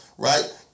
Right